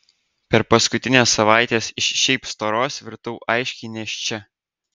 per paskutines savaites iš šiaip storos virtau aiškiai nėščia